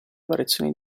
variazioni